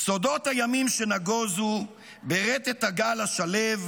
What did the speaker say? "סודות הימים שנגוזו / ברטט הגל השלו,